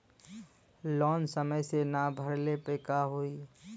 Loan समय से ना भरले पर का होयी?